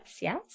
yes